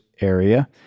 area